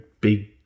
big